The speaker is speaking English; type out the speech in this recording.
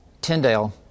Tyndale